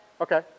Okay